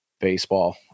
baseball